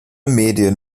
medien